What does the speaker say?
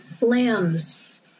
Lambs